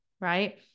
right